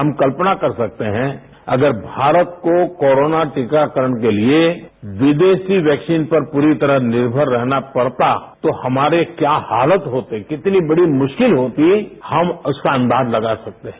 हम कल्पना कर सकते है अगर मारत को कोरोना टीकाकरन के लिए विदेशी वैक्सीन पर पूरी तरह निर्मर रहना पड़ता तो हमारी क्या हालत रोती कितनी बड़ी मुरिकल होती हम उसका अंदाज लगा सकते हैं